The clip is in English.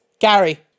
Gary